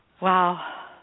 Wow